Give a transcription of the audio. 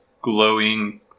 glowing